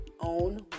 own